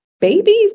babies